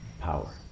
power